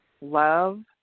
love